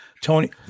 Tony